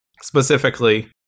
specifically